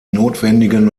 notwendigen